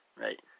Right